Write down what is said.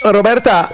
Roberta